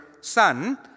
son